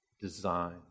design